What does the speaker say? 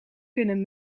kunnen